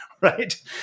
right